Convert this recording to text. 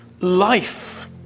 life